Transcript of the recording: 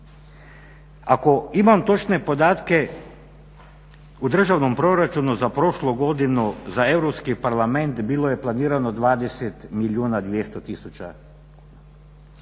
Ako imam točne podatke u državnom proračunu za prošlu godinu za Europski parlament bilo je planirano 20 milijuna 200 tisuća.